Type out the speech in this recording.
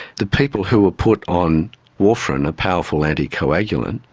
the people who were put on warfarin, a powerful anticoagulant,